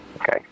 Okay